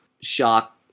shock